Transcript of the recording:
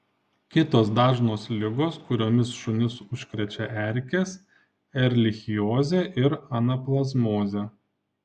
kitos dažnos ligos kuriomis šunis užkrečia erkės erlichiozė ir anaplazmozė